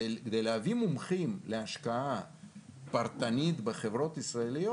כדי להביא מומחים להשקעה פרטנית בחברות ישראליות,